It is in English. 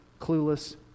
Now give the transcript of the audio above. clueless